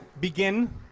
begin